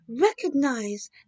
recognize